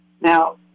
Now